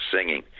singing